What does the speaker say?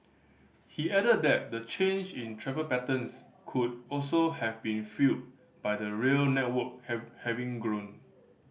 he added that the change in travel patterns could also have been fuelled by the rail network have having grown